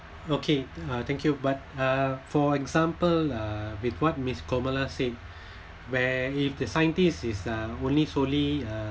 okay uh thank you but uh for example uh with what miss kamala said where if the scientists is uh only solely uh